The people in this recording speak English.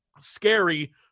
scary